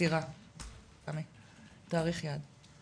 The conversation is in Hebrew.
למסירה בסיכום הישיבה.